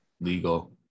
legal